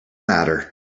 matter